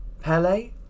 Pele